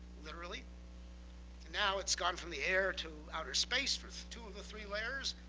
literally. and now, it's gone from the air to outer space for two of the three layers,